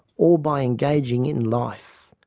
or by engaging in life,